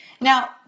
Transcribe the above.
Now